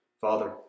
Father